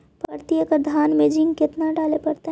प्रती एकड़ धान मे जिंक कतना डाले पड़ताई?